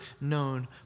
known